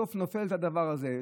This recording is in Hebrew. בסוף נופלת בדבר הזה.